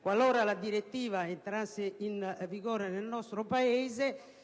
qualora la direttiva entrasse in vigore nel nostro Paese